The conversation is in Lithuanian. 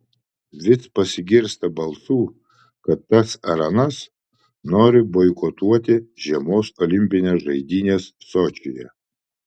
vis pasigirsta balsų kad tas ar anas nori boikotuoti žiemos olimpines žaidynes sočyje